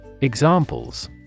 Examples